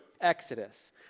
Exodus